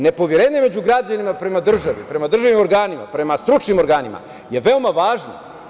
Nepoverenje građana prema državi, prema državnim organima, prema stručnim organima, je veoma važno.